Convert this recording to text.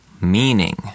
meaning